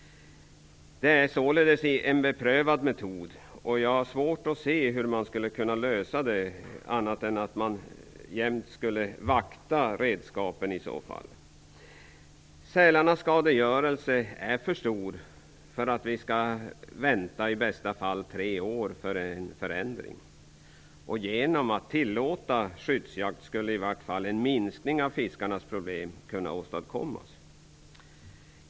Det är således en beprövad metod. Jag har svårt att se hur man skulle kunna lösa problemet på annat sätt än med ständigt vaktande av redskapen. Sälarnas skadegörelse är för stor för att vi skall kunna vänta, i bästa fall i tre år, på en förändring. Genom att tillåta skyddsjakt skulle i vart fall en minskning av fiskarnas problem kunna åstadkommas.